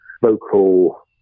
vocal